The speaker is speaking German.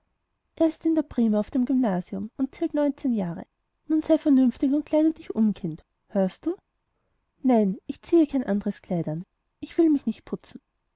er ist in prima auf dem gymnasium und zählt neunzehn jahre nun sei vernünftig und kleide dich um kind hörst du nein ich ziehe kein andres kleid an ich will mich nicht putzen